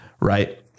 right